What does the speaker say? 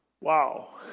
Wow